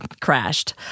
crashed